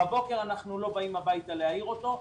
בבוקר אנחנו לא באים הביתה להעיר אותו,